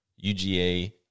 UGA